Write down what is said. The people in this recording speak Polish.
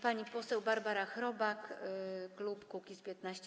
Pani poseł Barbara Chrobak, klub Kukiz’15.